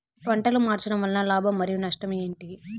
పంటలు మార్చడం వలన లాభం మరియు నష్టం ఏంటి